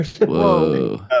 Whoa